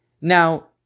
Now